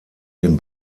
den